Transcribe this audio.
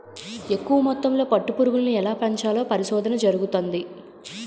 ఎక్కువ మొత్తంలో పట్టు పురుగులను ఎలా పెంచాలో పరిశోధన జరుగుతంది